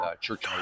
Church